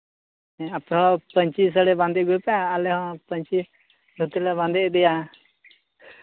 ᱦᱮᱸ ᱟᱯᱮ ᱦᱚᱸ ᱯᱟᱹᱧᱪᱤ ᱥᱟᱹᱲᱤ ᱵᱟᱸᱫᱮ ᱟᱹᱜᱩᱭ ᱯᱮ ᱟᱞᱮ ᱦᱚᱸ ᱯᱟᱹᱧᱪᱤ ᱫᱷᱩᱛᱤ ᱞᱮ ᱵᱟᱸᱫᱮ ᱤᱫᱤᱭᱟ